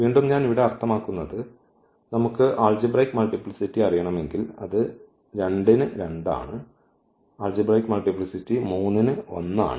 വീണ്ടും ഞാൻ ഇവിടെ അർത്ഥമാക്കുന്നത് നമുക്ക് ആൾജിബ്രയ്ക് മൾട്ടിപ്ലിസിറ്റി അറിയണമെങ്കിൽ അത് 2 ന് 2 ആണ് ആൾജിബ്രയ്ക് മൾട്ടിപ്ലിസിറ്റി 3 ന് 1 ആണ്